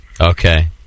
Okay